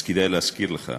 וכדאי להזכיר לך: